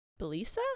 Belisa